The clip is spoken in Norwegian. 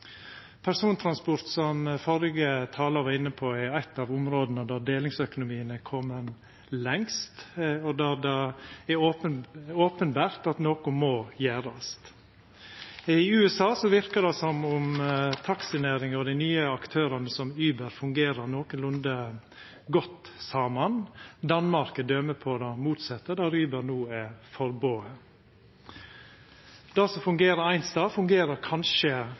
Persontransport, som førre talar var inne på, er eitt av områda der delingsøkonomien er komen lengst, og der det er openbert at noko må gjerast. I USA verkar det som om taxinæringa og dei nye aktørane, som Uber, fungerer nokolunde godt saman. Danmark er døme på det motsette, der Uber no er forbode. Det som fungerer ein stad, fungerer kanskje